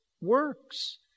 works